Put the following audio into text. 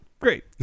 Great